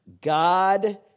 God